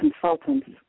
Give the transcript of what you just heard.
consultants